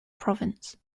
province